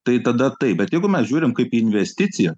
tai tada taip bet jeigu mes žiūrim kaip į investiciją